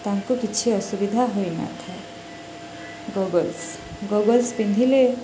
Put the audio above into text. ତାଙ୍କୁ କିଛି ଅସୁବିଧା ହୋଇନଥାଏ ଗଗଲ୍ସ ଗଗଲ୍ସ ପିନ୍ଧିଲେ